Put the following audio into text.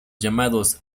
llamados